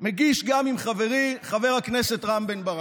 אני מגיש גם עם חברי חבר הכנסת רם בן ברק.